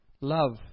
love